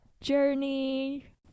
journey